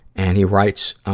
and he writes,